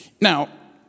Now